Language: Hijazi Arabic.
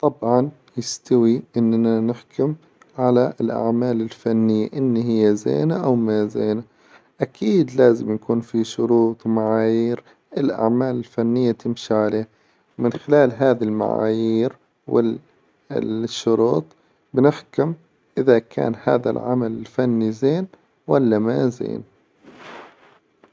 طبعا يستوي إن نحكم على الأعمال الفنية إن هي زينة أو ما زينة، أكيد يجب إن يكون هناك شروط ومعايير للأعمال الفنية تمشي عليها ومن خلال هذي المعايير والشروط نحكم إذا كان هذا العمل الفني زين، ولا ما زين؟.